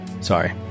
Sorry